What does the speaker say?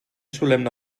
solemne